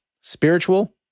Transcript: spiritual